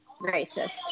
racist